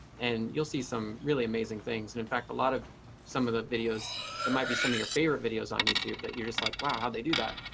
and you'll see some really amazing things. and in fact, a lot of some of the videos that might be some of your favorite videos on youtube that you're just like, wow, how they do that.